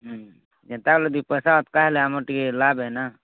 ହଁ ଯେତିକି ହେଲେ ଦୁଇ ପଇସା ଅଧିକ ହେଲେ ଆମର ଟିକେ ଲାଭ ହୁଏନା